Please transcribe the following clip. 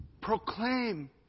Proclaim